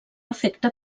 afecta